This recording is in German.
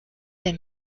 denn